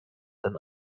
than